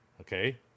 Okay